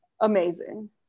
Amazing